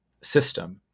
system